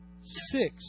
six